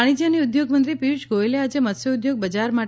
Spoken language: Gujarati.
વાણિજ્ય અને ઉદ્યોગમંત્રી પિયુષ ગોયલે આજે મત્સ્યોદ્યોગ બજાર માટે